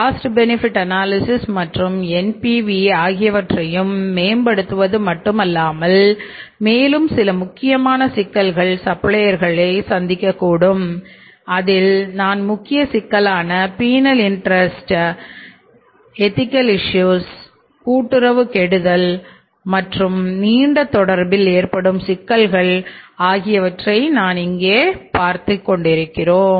cost benefit analysis கூட்டுறவு கெடுதல் மற்றும் நீண்ட தொடர்பில் ஏற்படும் சிக்கல்கள் ஆகியவற்றை நான் இங்கே பார்த்துள்ளோம்